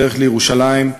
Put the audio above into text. בדרך לירושלים,